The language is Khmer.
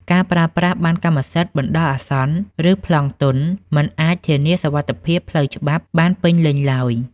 ការប្រើប្រាស់ប័ណ្ណកម្មសិទ្ធិបណ្ដោះអាសន្ន ឬ "ប្លង់ទន់" មិនអាចធានាសុវត្ថិភាពផ្លូវច្បាប់បានពេញលេញឡើយ។